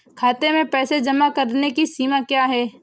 खाते में पैसे जमा करने की सीमा क्या है?